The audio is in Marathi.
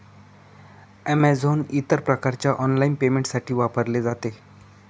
अमेझोन इतर प्रकारच्या ऑनलाइन पेमेंटसाठी वापरले जाते